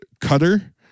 Cutter